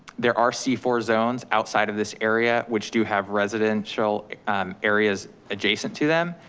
there are c four zones outside of this area, which do have residential areas adjacent to them.